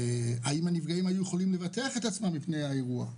האם הנפגעים היו יכולים לבטח את עצמם מפני אירוע,